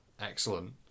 excellent